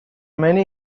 many